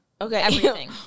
Okay